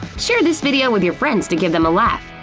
share this video with your friends to give them a laugh!